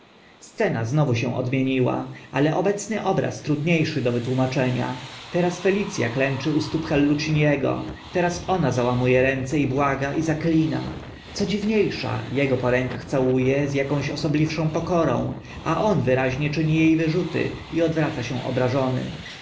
scena znowu się odmieniła ale obecny obraz trudnie szy do wytłumaczenia teraz felic a klęczy u stóp halluciniego teraz ona załamu e ręce i błaga i zaklina co dziwnie sza ego po rękach cału e z akąś osobliwszą pokorą a on wyraźnie czyni e wyrzuty i odwraca się obrażony